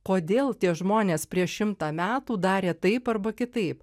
kodėl tie žmonės prieš šimtą metų darė taip arba kitaip